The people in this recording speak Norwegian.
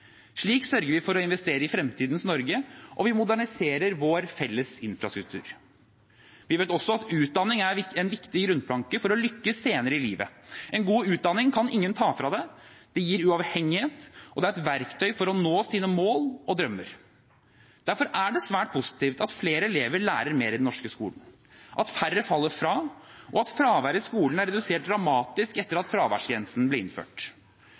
Slik sørger vi for å investere i fremtidens Norge, og vi moderniserer vår felles infrastruktur. Vi vet også at utdanning er en viktig grunnplanke for å lykkes senere i livet. En god utdanning kan ingen ta fra deg, det gir uavhengighet og er et verktøy for å nå dine mål og drømmer. Derfor er det svært positivt at flere elever lærer mer i den norske skolen, at færre faller fra, og at fraværet i skolen er redusert dramatisk etter at fraværsgrensen ble innført.